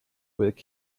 with